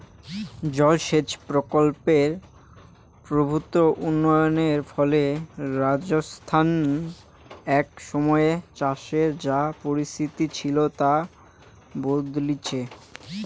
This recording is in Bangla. জলসেচ প্রকল্পের প্রভূত উন্নয়নের ফলে রাজস্থানত এক সময়ে চাষের যা পরিস্থিতি ছিল তা বদলিচে